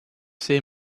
say